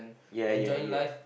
yeah yeah yeah